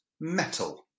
metal